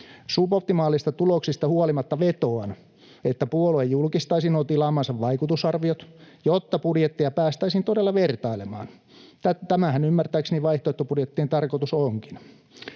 Suboptimaalisista tuloksista huolimatta vetoan, että puolue julkistaisi nuo tilaamansa vaikutusarviot, jotta budjettia päästäisiin todella vertailemaan. Tämähän ymmärtääkseni vaihtoehtobudjettien tarkoitus onkin.